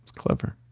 clever